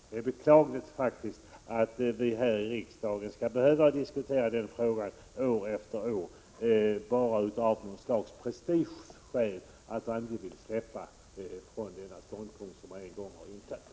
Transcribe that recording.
Det är beklagligt att vi här i riksdagen skall behöva diskutera den frågan år efter år, bara på grund av att man av prestigeskäl inte vill gå ifrån den ståndpunkt man en gång intagit.